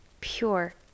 pure